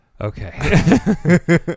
okay